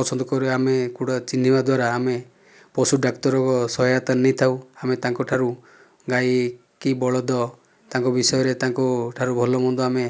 ପସନ୍ଦ କରୁ ଆମେ ଚିହ୍ନିବା ଦ୍ୱାରା ଆମେ ପଶୁ ଡାକ୍ତର ସହାୟତା ନେଇଥାଉ ଆମେ ତାଙ୍କ ଠାରୁ ଗାଈ କି ବଳଦ ତାଙ୍କ ବିଷୟରେ ତାଙ୍କ ଠାରୁ ଭଲମନ୍ଦ ଆମେ